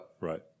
right